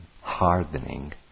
hardening